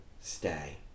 stay